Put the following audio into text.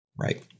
Right